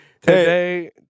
today